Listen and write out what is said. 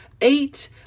eight